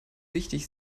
wichtig